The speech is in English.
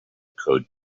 code